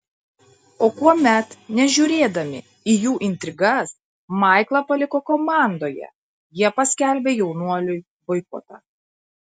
o kuomet nežiūrėdami į jų intrigas maiklą paliko komandoje jie paskelbė jaunuoliui boikotą